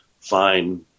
fine